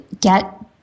get